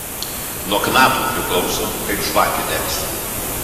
nuo knato priklauso kaip žvakė degs